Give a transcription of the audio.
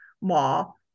mall